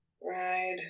ride